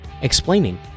explaining